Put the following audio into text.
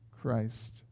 Christ